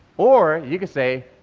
or you can say,